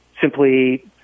simply